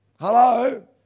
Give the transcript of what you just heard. Hello